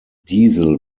diesel